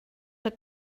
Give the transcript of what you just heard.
the